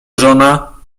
żona